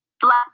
Black